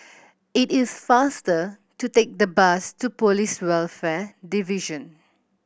it is faster to take the bus to Police Welfare Division